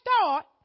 start